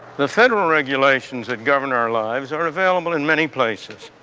the federal regulations that govern our lives are available in many places.